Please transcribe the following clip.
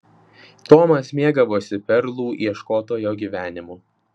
tomas mėgavosi perlų ieškotojo gyvenimu